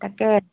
তাকে